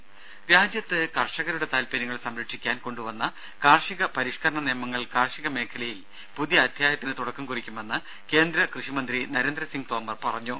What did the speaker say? രുര രാജ്യത്ത് കർഷകരുടെ താൽപര്യങ്ങൾ സംരക്ഷിക്കാൻ കൊണ്ടുവന്ന കാർഷിക പരിഷ്കരണ നിയമങ്ങൾ കാർഷിക മേഖലയിൽ പുതിയ അധ്യായത്തിന് തുടക്കം കുറിക്കുമെന്ന് കേന്ദ്ര കൃഷിമന്ത്രി നരേന്ദ്രസിങ് തോമർ പറഞ്ഞു